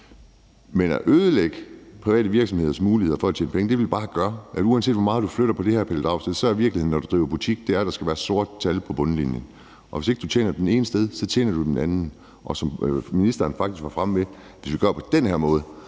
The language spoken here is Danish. Men at ødelægge private virksomheders muligheder for at tjene penge vil bare gøre, at uanset hvor meget du flytter på det her, hr. Pelle Dragsted, er virkeligheden, når du driver butik, at der skal være sorte tal på bundlinjen. Og hvis ikke du tjener pengene det ene sted, så tjener du dem det andet. Og som ministeren faktisk var fremme med, hvis du gør det på den her måde,